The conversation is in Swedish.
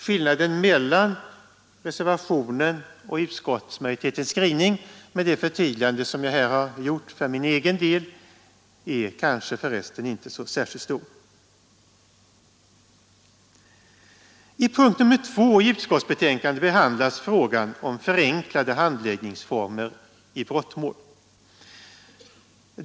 Skillnaden mellan reservationen och utskottsmajoritetens skrivning med det förtydligande jag här har gjort för min egen del är kanske inte så särskilt stor. I punkten 2 i utskottsbetänkandet behandlas frågan om förenklade handläggningsformer i brottmål.